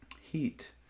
heat